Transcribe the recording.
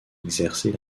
exercer